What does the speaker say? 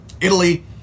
Italy